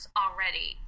already